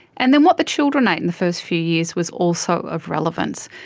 and then what the children ate in the first few years was also of relevance.